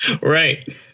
Right